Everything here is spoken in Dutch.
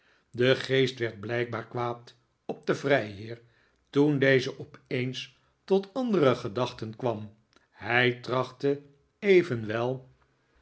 de geest werd blijkbaar kwaad op den vrijheer toen deze opeens tot andere gedachten kwam hij trachtte evenwel